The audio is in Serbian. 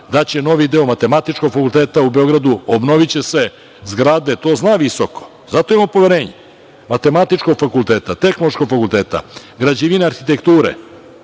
daće novi deo Matematičkog fakulteta u Beogradu, obnoviće se zgrade. To zna visoko. Zato imamo poverenje Matematičkog fakulteta, Tehnološkog fakulteta, Građevine i arhitekture,